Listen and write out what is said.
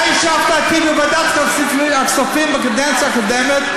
אתה ישבת אתי בוועדת הכספים בקדנציה הקודמת,